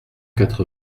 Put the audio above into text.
quatre